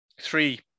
three